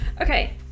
Okay